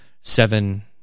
Seven